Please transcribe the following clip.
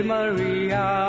Maria